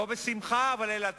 לא בשמחה, אבל אלה האלטרנטיבות.